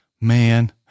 Man